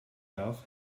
darf